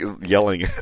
yelling